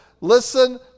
listen